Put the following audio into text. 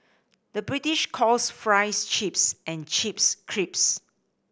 the British calls fries chips and chips